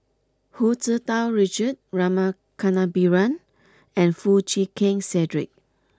Hu Tsu Tau Richard Rama Kannabiran and Foo Chee Keng Cedric